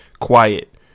quiet